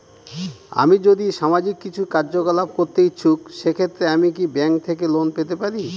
আমি যদি সামাজিক কিছু কার্যকলাপ করতে ইচ্ছুক সেক্ষেত্রে আমি কি ব্যাংক থেকে লোন পেতে পারি?